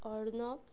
Arnab